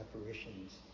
apparitions